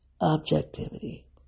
objectivity